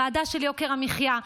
ועדה של יוקר המחיה,